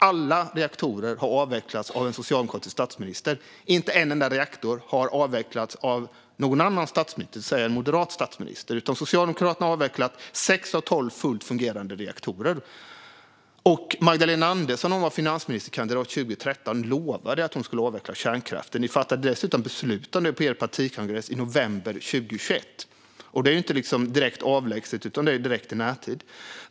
Alla reaktorerna avvecklades av en socialdemokratisk statsminister. Inte en enda har avvecklats av en moderat statsminister, utan det är Socialdemokraterna som har avvecklat fullt fungerande reaktorer. Magdalena Andersson lovade när hon var finansministerkandidat 2013 att hon skulle avveckla kärnkraften. Socialdemokraterna fattade dessutom beslut om detta på sin partikongress i november 2021. Det är inte direkt avlägsen tid utan direkt närtid.